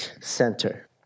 center